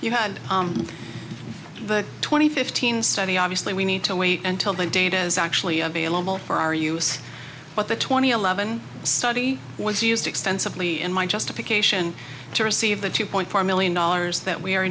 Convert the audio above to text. had twenty fifteen study obviously we need to wait until the data is actually available for our use but the twenty eleven study was used extensively in my justification to receive the two point four million dollars that we are